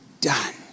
done